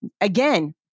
Again